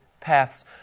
paths